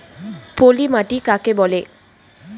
পলি মাটি কাকে বলে?